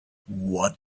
what